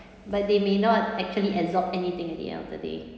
but they may not actually absorb anything at the end of the day